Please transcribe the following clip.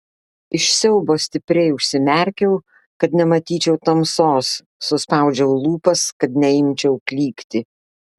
iš siaubo stipriai užsimerkiau kad nematyčiau tamsos suspaudžiau lūpas kad neimčiau klykti